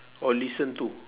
or listen to